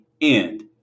end